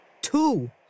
two